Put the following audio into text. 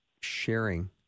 sharing